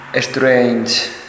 strange